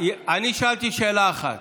אני שאלתי שאלה אחת.